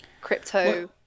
crypto